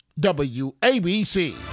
WABC